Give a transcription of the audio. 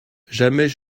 jamais